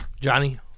Johnny